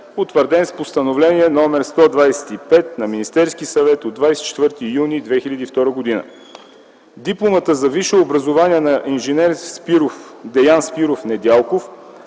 утвърден с Постановление № 125 на Министерския съвет от 24 юни 2002 г. Дипломата за висше образование на инж. Деян Спиров Недялков